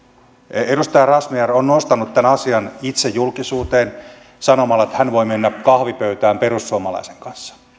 edustaja razmyar on nostanut tämän asian itse julkisuuteen sanomalla että hän voi mennä kahvipöytään perussuomalaisen kanssa